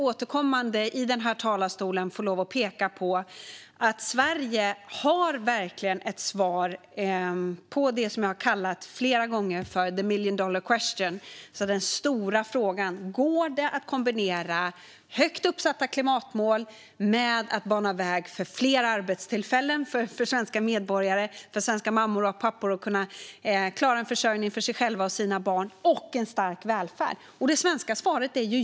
Återkommande har jag i denna talarstol fått peka på att Sverige verkligen har ett svar på det som jag flera gånger har kallat the million dollar question, den stora frågan: Går det att kombinera högt uppsatta klimatmål med att bana väg för fler arbetstillfällen för svenska medborgare - svenska mammor och pappor - så att de kan klara försörjningen för sig själva och sina barn och samtidigt ha en stark välfärd? Det svenska svaret är ja.